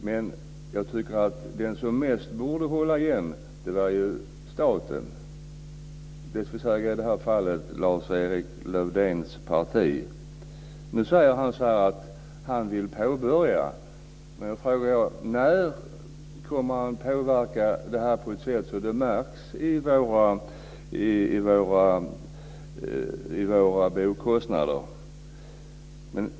Men jag tycker att den som borde hålla igen mest är staten, dvs. i det här fallet Lars-Erik Lövdéns parti. Nu säger han att han vill påbörja arbetet för att minska boendekostnaderna. Jag frågar då: När kommer han att påverka på ett sådant sätt att det märks i våra boendekostnader?